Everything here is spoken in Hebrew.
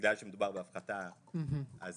בגלל שמדובר בהפחתה אז